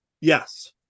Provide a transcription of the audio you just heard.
Yes